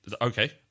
Okay